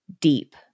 deep